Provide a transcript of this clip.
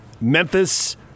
Memphis